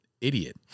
idiot